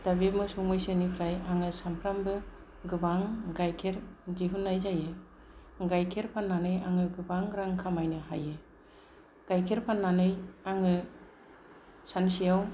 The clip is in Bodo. दा बे मोसौ मैसोनिफ्राय आङो सानफ्रामबो गोबां गाइखेर दिहुन्नाय जायो गाइखेर फान्नानै आङो गोबां रां खामायनो हायो गाइखेर फान्नानै आङो सानसेयाव